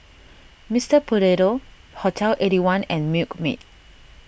Mister Potato Hotel Eighty One and Milkmaid